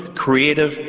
creative,